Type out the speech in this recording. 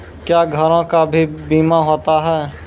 क्या घरों का भी बीमा होता हैं?